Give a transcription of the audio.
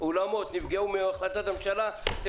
אם אולמות נפגעו כתוצאה מהחלטת הממשלה ויש בעיה אז